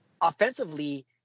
offensively